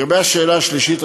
לגבי השאלה השלישית,